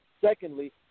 Secondly